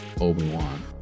Obi-Wan